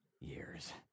years